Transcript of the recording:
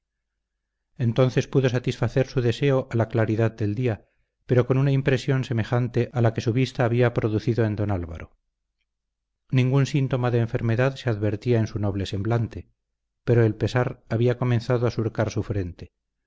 entonces pudo satisfacer su deseo a la claridad del día pero con una impresión semejante a la que su vista había producido en don álvaro ningún síntoma de enfermedad se advertía en su noble semblante pero el pesar había comenzado a surcar su frente